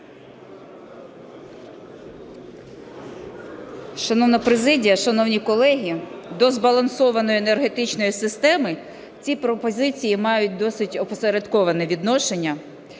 Шановна президія, шановні колеги! До збалансованої енергетичної системи ці пропозиції мають досить опосередковане відношення.